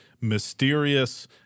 mysterious